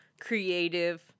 creative